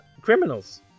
criminals